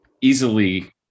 easily